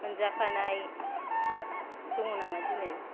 मोनजाफानाय दङ नामा दिनै